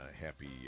Happy